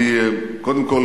קודם כול,